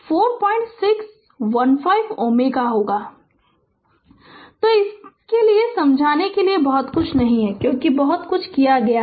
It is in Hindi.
Refer Slide Time 2610 तो इसके लिए समझाने के लिए बहुत कुछ नहीं है क्योंकि बहुत कुछ किया है